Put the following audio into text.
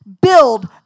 build